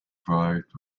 arrived